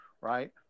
right